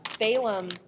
Balaam